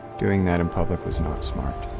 doing that in public was not smart.